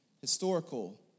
historical